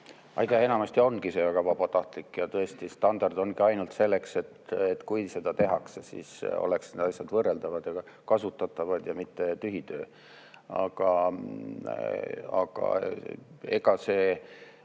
Aitäh! Enamasti ongi see vabatahtlik ja tõesti standard ongi ainult selleks, et kui seda tehakse, siis oleksid need asjad võrreldavad ega kasutatavad, mitte tühi töö. Aga ega see